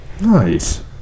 Nice